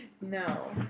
No